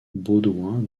baudouin